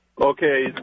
Okay